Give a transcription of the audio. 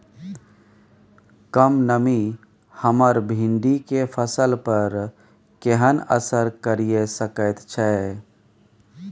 कम नमी हमर भिंडी के फसल पर केहन असर करिये सकेत छै?